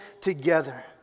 together